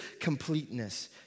completeness